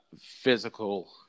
physical